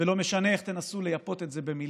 ולא משנה איך תנסו לייפות את זה במילים,